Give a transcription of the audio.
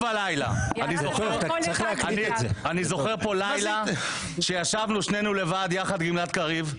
אני זוכר פה לילה שישבנו שנינו לבד יחד עם גלעד קריב,